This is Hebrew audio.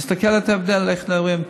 תראה את ההבדל, איך הם נראים.